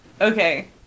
Okay